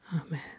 Amen